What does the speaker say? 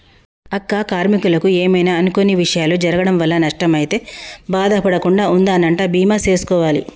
అక్క కార్మీకులకు ఏమైనా అనుకొని విషయాలు జరగటం వల్ల నష్టం అయితే బాధ పడకుండా ఉందనంటా బీమా సేసుకోవాలి